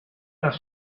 las